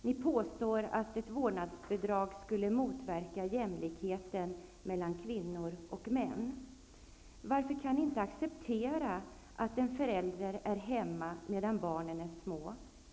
Ni påstår att ett vårdnadsbidrag skulle motverka jämlikheten mellan kvinnor och män. Varför kan ni inte acceptera att en förälder är hemma medan barnen är små?